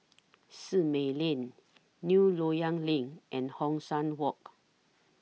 Simei Lane New Loyang LINK and Hong San Walk